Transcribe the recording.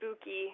spooky